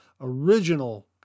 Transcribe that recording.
original